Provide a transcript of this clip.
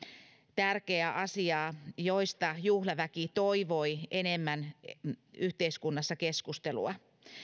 tärkeää asiaa joista juhlaväki toivoi enemmän yhteiskunnassa keskustelua